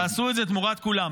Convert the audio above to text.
עשו את זה תמורת כולם.